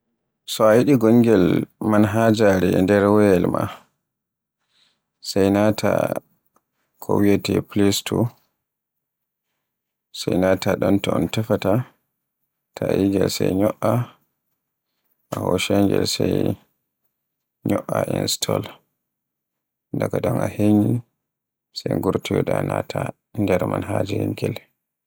So a yiɗi gongel manhajare e nder woyayel maaɗa, sai naata ko wiyeete playstore, sey ngàta ɗon to un tefaata taa you ngel sey nyo'a a hoccay ngel sey nyo'a install. Daga ɗon a heyni sey ngortoyoɗa naata nder manhajatel ngel.